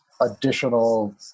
additional